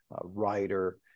writer